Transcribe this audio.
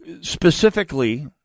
specifically